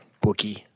Bookie